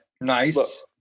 Nice